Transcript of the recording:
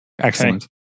Excellent